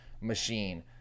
machine